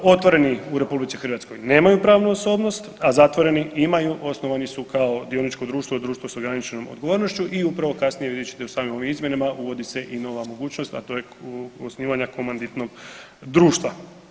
Otvoreni u RH nemaju pravnu osobnost, a zatvoreni imaju osnovani su kao dioničko društvo i društvo s ograničenom odgovornošću i upravo kasnije vidjet ćete u samim ovim izmjenama uvodi se i nova mogućnost, a to je osnivanja komanditnog društva.